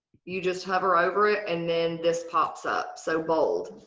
you just hover over it and then this pops up, so bold.